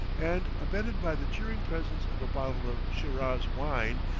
and, abetted by the cheering presence of a bottle of shiraz wine,